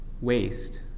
waste